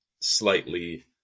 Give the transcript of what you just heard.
slightly